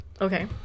Okay